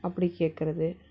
அப்படி கேட்குறது